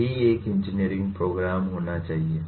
यही एक engineering program होना चाहिए